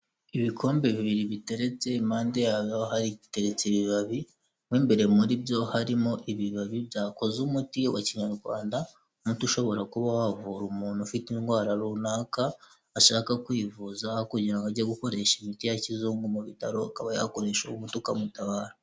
Ibikombe bibiri biteretse impande yaho hateretse ibibabi, mu imbere muri byo harimo ibibabi byakoze umuti wa kinyarwanda, umuti ushobora kuba wavura umuntu ufite indwara runaka ashaka kwivuza aho kugira ngo ajye gukoresha imiti ya kizungu mu bitaro, akaba yakoresha uwo umuti ukamutabara.